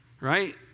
right